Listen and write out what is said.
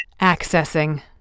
Accessing